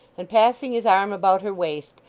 and passing his arm about her waist,